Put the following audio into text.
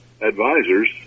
advisors